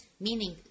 meaning